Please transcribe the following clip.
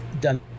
done